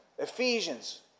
Ephesians